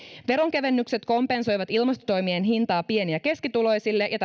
veronkevennykset kompensoivat ilmastotoimien hintaa pieni ja keskituloisille ja